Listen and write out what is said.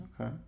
Okay